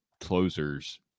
closers